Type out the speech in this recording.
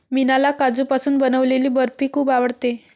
मीनाला काजूपासून बनवलेली बर्फी खूप आवडते